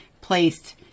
placed